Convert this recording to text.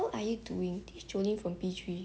what are you doing this is jolene from P three